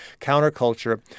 counterculture